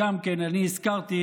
גם כן אני הזכרתי,